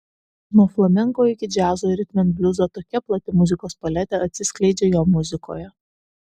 nuo flamenko iki džiazo ir ritmenbliuzo tokia plati muzikos paletė atsiskleidžia jo muzikoje